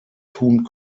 tun